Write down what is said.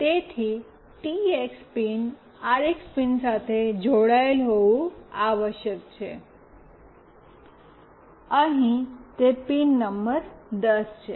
તેથી TX pin RX pin સાથે જોડાયેલ હોવું આવશ્યક છે અહીં તે પિન નંબર 10 છે